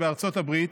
בארצות הברית,